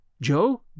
Joe